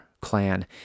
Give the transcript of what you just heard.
clan